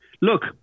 Look